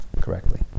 correctly